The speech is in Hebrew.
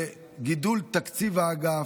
בגידול תקציב האגף.